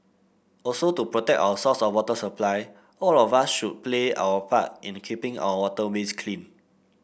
also to protect our source of water supply all of us should play our part in keeping our waterways clean